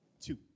two